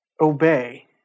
obey